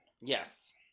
Yes